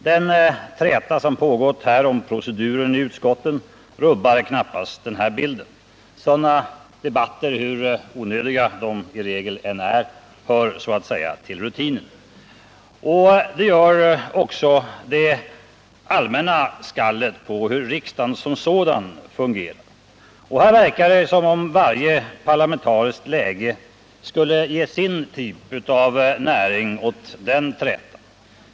Den träta som pågått här om proceduren i utskotten rubbar knappast den bilden. Sådana debatter, hur onödiga de i regel än är, hör så att säga till rutinen. Det gör också det allmänna skallet på hur riksdagen som sådan fungerar. Det verkar som om varje parlamentariskt läge skulle ge sin typ av näring åt den trätan.